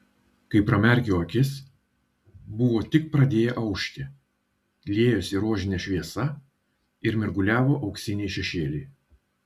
kai pramerkiau akis buvo tik pradėję aušti liejosi rožinė šviesa ir mirguliavo auksiniai šešėliai